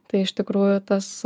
tai iš tikrųjų tas